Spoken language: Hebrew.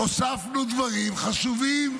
הוספנו דברים חשובים.